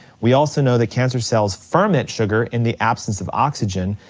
we also know that cancer cells ferment sugar in the absence of oxygen,